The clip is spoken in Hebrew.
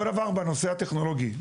אותו דבר בנושא הטכנולוגי.